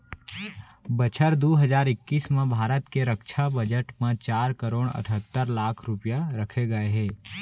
बछर दू हजार इक्कीस म भारत के रक्छा बजट म चार करोड़ अठत्तर लाख रूपया रखे गए हे